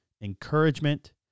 encouragement